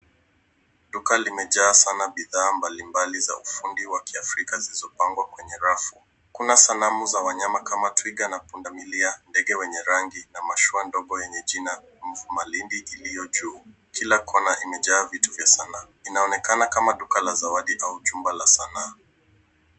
Duka limejaa sana bidhaa mbalimbali za ufundi wa kiafrika zilizopangwa kwenye rafu. Kuna sanamu za wanyama kama twiga na pundamilia, ndege wenye rangi na mashua ndogo yenye jina Mv Malindi iliyo juu. Kila kona imejaa vitu vya sanaa. Inaonekana kama duka la zawadi au jumba la sanaa.